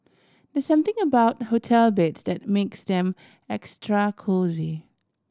there's something about hotel beds that makes them extra cosy